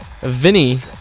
Vinny